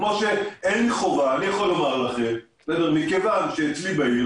כמו שמכיוון שאצלי בעיר,